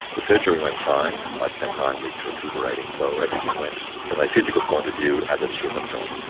the surgery went fine. i spent nine weeks recuperating. so everything went, from a physical point of view, as it should have gone.